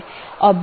एक है स्टब